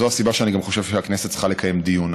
זו הסיבה שאני גם חושב שהכנסת צריכה לקיים דיון.